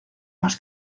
más